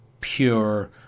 pure